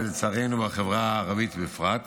ולצערנו בחברה הערבית בפרט.